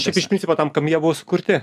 šiaip iš principo tam kam jie buvo sukurti